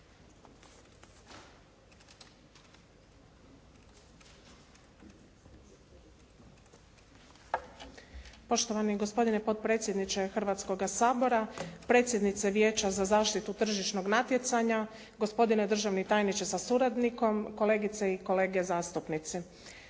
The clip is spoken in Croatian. Poštovani gospodine potpredsjedniče Hrvatskoga sabora, predsjednice Vijeća za zaštitu tržišnog natjecanja, gospodine državni tajniče sa suradnikom, kolegice i kolege zastupnici.